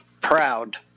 Proud